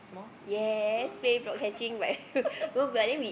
small